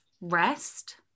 rest